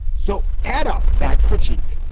so add up that critique.